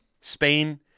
Spain